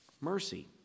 mercy